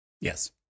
yes